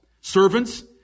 Servants